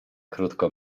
krótką